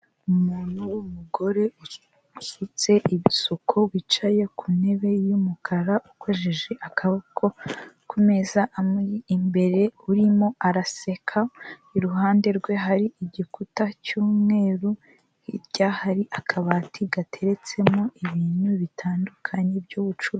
Umuntu w'umugore usutse ibisuko wicaye ku ntebe y'umukara ukojeje akaboko ku meza amuri imbere urimo araseka, iruhande rwe hari igikuta cy'umweru, hirya hari akabati gateretsemo ibintu bitandukanye by'ubucuruzi.